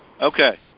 Okay